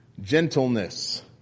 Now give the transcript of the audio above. Gentleness